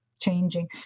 changing